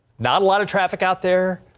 not a lot of traffic out there.